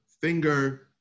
finger